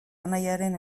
anaiaren